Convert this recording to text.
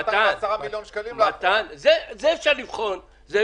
210 מיליון שקל --- אפשר לבחון את זה,